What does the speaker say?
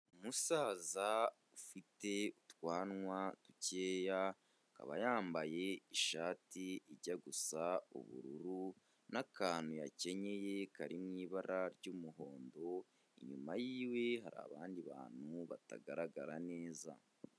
Umusaza ufite utwanwa dukeya akaba yambaye ishati ijya gusa ubururu n'akantu yakenyeye kari mu ibara ry'umuhondo, inyuma y'iwe hari abandi bantu batagaragara neza.